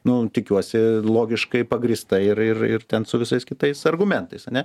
nu tikiuosi logiškai pagrįstai ir ir ir ten su visais kitais argumentais ane